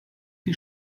die